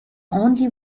only